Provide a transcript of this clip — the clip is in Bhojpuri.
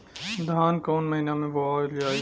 धान कवन महिना में बोवल जाई?